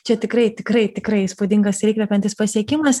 čia tikrai tikrai tikrai įspūdingas ir įkvepiantis pasiekimas